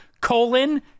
Colon